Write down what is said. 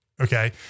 Okay